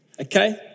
Okay